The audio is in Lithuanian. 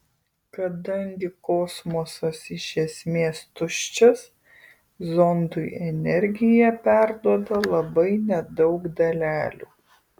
kadangi kosmosas iš esmės tuščias zondui energiją perduoda labai nedaug dalelių